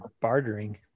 bartering